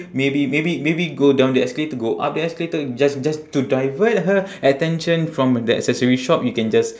maybe maybe maybe go down the escalator go up the escalator just just to divert her attention from the accessory shop you can just